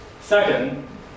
Second